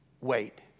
Wait